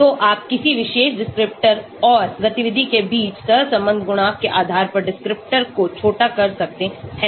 तो आप किसी विशेष डिस्क्रिप्टर और गतिविधि के बीच सहसंबंध गुणांक के आधार पर डिस्क्रिप्टर का अल्पसूची कर सकते हैं